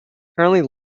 currently